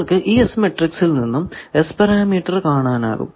നിങ്ങൾക്കു ഈ S മാട്രിക്സിൽ നിന്നും S പാരാമീറ്റർ കാണാനാകും